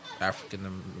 African